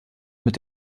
mit